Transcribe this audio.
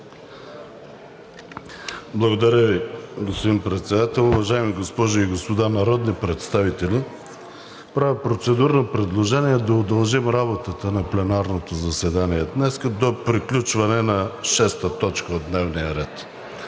Благодаря Ви, господин Председател. Уважаеми госпожи и господа народни представители! Правя процедурно предложение да удължим работата на пленарното заседание днес до приключване на т. 6 от дневния ред.